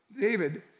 David